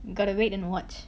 you gotta wait and watch